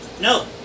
No